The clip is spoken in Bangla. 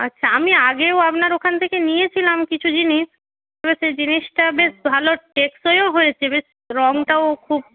আচ্ছা আমি আগেও আপনার ওখান থেকে নিয়েছিলাম কিছু জিনিস এবার সেই জিনিসটা বেশ ভালো টেকসইও হয়েছে বেশ রংটাও খুব